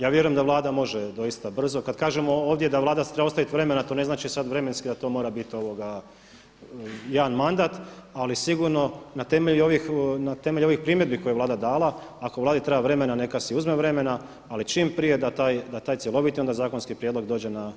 Ja vjerujem da Vlada može doista brzo, kada kažemo ovdje da Vlada si treba ostaviti vremena, to ne znači sad vremenski da to mora biti jedan mandat ali sigurno na temelju ovih primjedbi koje je Vlada dala, ako Vladi treba vremena neka si uzme vremena ali čim prije da taj cjeloviti onda zakonski prijedlog dođe na naše klupe.